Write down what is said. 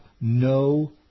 no